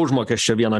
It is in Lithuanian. užmokesčio vieno